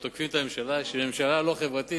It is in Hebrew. הרי תוקפים את הממשלה שהיא ממשלה לא חברתית.